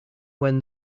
when